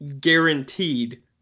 guaranteed